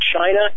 China